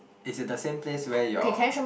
it's at the same place where your